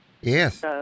Yes